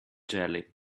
jelly